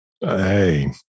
Hey